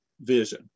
vision